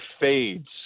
fades